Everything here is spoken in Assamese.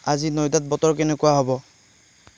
আজি নইদাত বতৰ কেনেকুৱা হ'ব